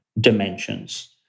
dimensions